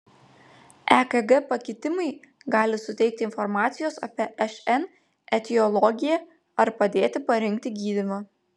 ekg pakitimai gali suteikti informacijos apie šn etiologiją ar padėti parinkti gydymą